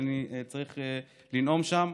ואני צריך לנאום שם.